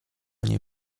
niej